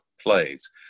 plays